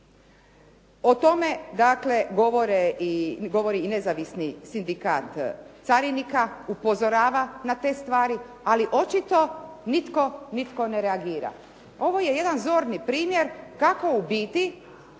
dakle govori i Nezavisni sindikat carinika, upozorava na te stvari, ali očito nitko ne reagira. Ovo je jedan zorni primjer kako u biti